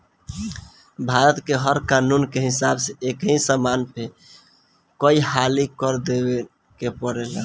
भारत के कर कानून के हिसाब से एकही समान पे कई हाली कर देवे के पड़त हवे